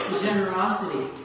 generosity